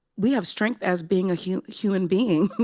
we have strength as being a human human being.